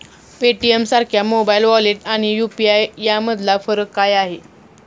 पेटीएमसारख्या mobile wallet आणि UPI यामधला फरक काय आहे?